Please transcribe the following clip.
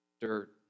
Dirt